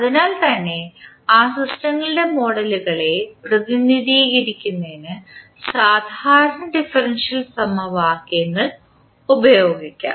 അതിനാൽത്തന്നെ ആ സിസ്റ്റങ്ങളുടെ മോഡലുകളെ പ്രതിനിധീകരിക്കുന്നതിന് സാധാരണ ഡിഫറൻഷ്യൽ സമവാക്യങ്ങൾ ഉപയോഗിക്കാം